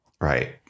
right